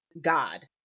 God